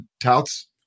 touts